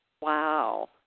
Wow